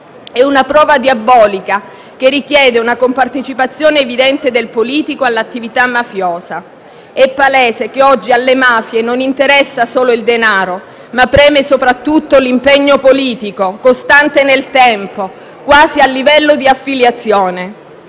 È una prova diabolica, che richiede una compartecipazione evidente del politico all'attività mafiosa. È palese che oggi alle mafie non interessa solo il denaro, ma preme soprattutto l'impegno politico costante nel tempo, quasi al livello di affiliazione.